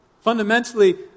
Fundamentally